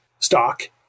stock